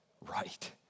right